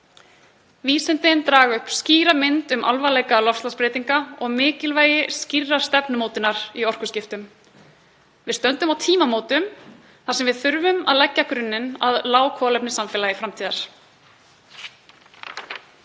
Vísindin draga upp skýra mynd um alvarleika loftslagsbreytinga og mikilvægi skýrrar stefnumótunar í orkuskiptum. Við stöndum á tímamótum þar sem við þurfum að leggja grunninn að lágkolefnissamfélagi framtíðar.